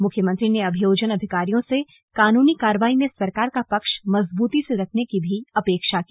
मुख्यमंत्री ने अभियोजन अधिकारियों से कानूनी कार्रवाई में सरकार का पक्ष मजबूती से रखने की भी अपेक्षा की